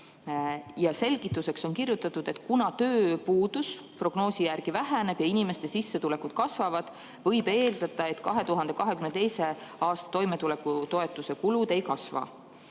Selgituseks on kirjutatud, et kuna tööpuudus prognoosi järgi väheneb ja inimeste sissetulekud kasvavad, võib eeldada, et 2022. aastal toimetulekutoetuse kulud ei kasva.